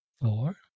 Four